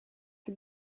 had